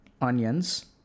onions